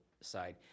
side